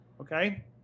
Okay